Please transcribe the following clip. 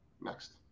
next